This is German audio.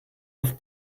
auf